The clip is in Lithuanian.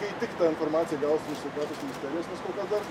kai tik tą informaciją gausim iš sveikatos ministerijos nes kol kas dar